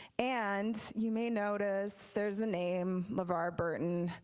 and, you may notice there's a name, lavar burton,